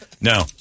No